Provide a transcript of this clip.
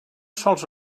sols